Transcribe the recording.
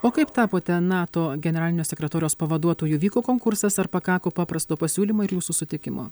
o kaip tapote nato generalinio sekretoriaus pavaduotoju vyko konkursas ar pakako paprasto pasiūlymo ir jūsų sutikimo